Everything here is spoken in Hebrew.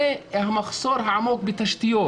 והמחסור העמוק בתשתיות,